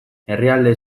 herrialde